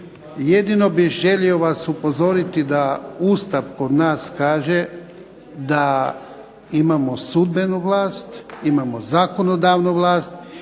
Jedino bih želio vas upozoriti da Ustav kod nas kaže da imamo sudbenu vlast, imamo zakonodavnu vlast,